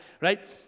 right